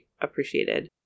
appreciated